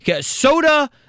Soda